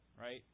right